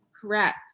Correct